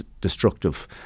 destructive